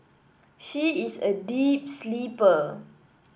she is a deep sleeper